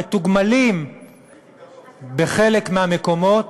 מתוגמלים בחלק מהמקומות